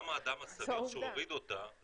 גם האדם הסביר שהוריד אותה,